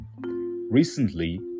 Recently